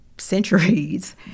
centuries